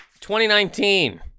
2019